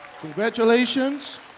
congratulations